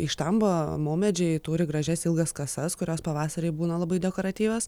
į štambą maumedžiai turi gražias ilgas kasas kurios pavasarį būna labai dekoratyvios